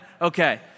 Okay